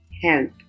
help